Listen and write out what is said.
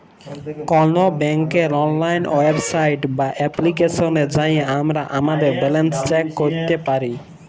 call ব্যাংকের অললাইল website বা এপ্লিকেশলে যাঁয়ে আমরা আমাদের ব্যাল্যাল্স চ্যাক ক্যইরতে পারি